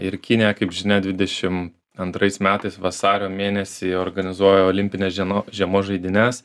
ir kinija kaip žinia dvidešim antrais metais vasario mėnesį organizuoja olimpines žieno žiemos žaidynes